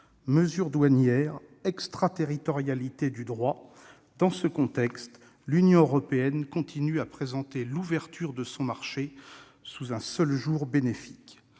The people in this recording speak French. mesures douanières, extraterritorialité du droit, etc. Dans ce contexte, l'Union européenne continue à présenter l'ouverture de son marché sous un seul jour bénéfique.